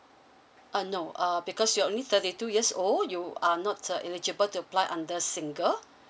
uh no uh because you only thirty two years old you are not uh eligible to apply under single